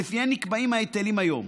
שלפיהן נקבעים ההיטלים היום.